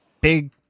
big